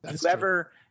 whoever